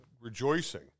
rejoicing